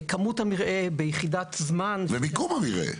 כמות המרעה ביחידת זמן --- ומיקום המרעה.